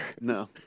No